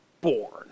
born